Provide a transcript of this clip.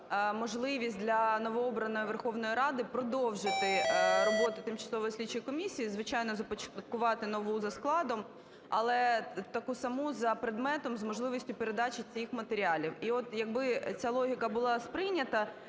можливість для новообраної Верховної Ради продовжити роботу тимчасової слідчої комісії, звичайно, започаткувати нову за складом, але таку саму за предметом з можливістю передачі цих матеріалів. І от якби ця логіка була сприйнята,